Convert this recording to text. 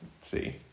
see